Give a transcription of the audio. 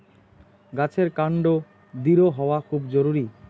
গাছের কান্ড দৃঢ় হওয়া খুব জরুরি